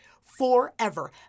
forever